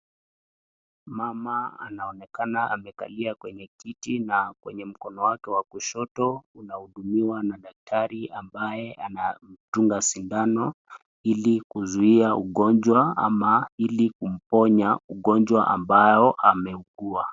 Mama anaonekana amekalia kiti na kuna watu wa kushoto unahudumiwa na daktari ambaye anakudunga sindano ili kuzuia ugonjwa ama ili kumponya ugonjwa ambayo ameugua.